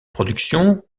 production